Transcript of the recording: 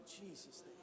Jesus